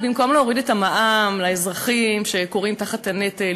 במקום להוריד את המע"מ לאזרחים שכורעים תחת הנטל,